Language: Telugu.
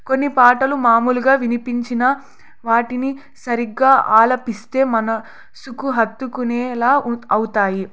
కొన్ని పాటలు మామూలుగా వినిపించిన వాటిని సరిగ్గా ఆలపిస్తే మనసుకు హత్తుకునేలా అవుతాయి